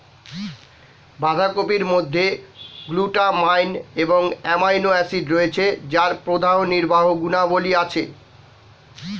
বাঁধাকপির মধ্যে গ্লুটামাইন এবং অ্যামাইনো অ্যাসিড রয়েছে যার প্রদাহনির্বাহী গুণাবলী আছে